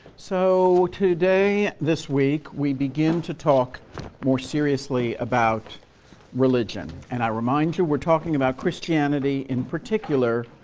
so today, this week, we begin to talk more seriously about religion. and i remind you, we're talking about christianity in particular